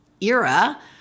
era